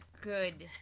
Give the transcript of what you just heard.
good